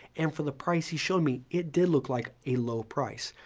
and for the price you've shown me, it did look like a low price.